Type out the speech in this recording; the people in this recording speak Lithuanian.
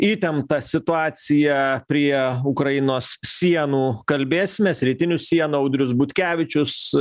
įtemptą situaciją prie ukrainos sienų kalbėsimės rytinių sienų audrius butkevičius